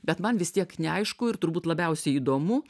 bet man vis tiek neaišku ir turbūt labiausiai įdomu